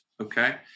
Okay